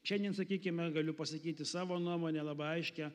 šiandien sakykime galiu pasakyti savo nuomonę labai aiškią